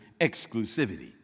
exclusivity